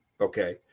okay